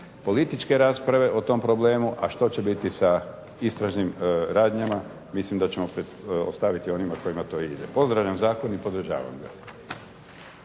političke rasprave o tom problemu, a što će biti sa istražnim radnjama mislim da ćemo ostaviti onima kojima to ide. Pozdravljam zakon i podržavam ga.